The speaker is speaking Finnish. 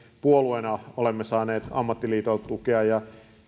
puolueena olemme saaneet ammattiliitoilta tukea ja